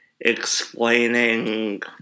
explaining